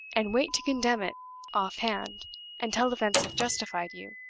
and wait to condemn it off-hand until events have justified you.